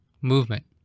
movement